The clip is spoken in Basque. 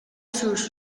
sous